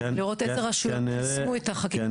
לראות אילו רשויות יישמו את החקיקה.